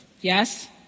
Yes